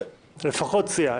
לפחות סיעה.